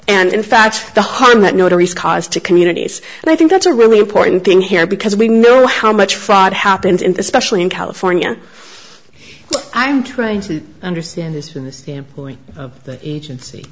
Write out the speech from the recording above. and in fact the harm that notary scott is to communities and i think that's a really important thing here because we know how much fraud happened in this specially in california i'm trying to understand this from the standpoint of the agency